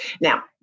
Now